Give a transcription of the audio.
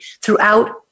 throughout